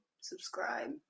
subscribe